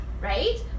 right